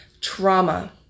trauma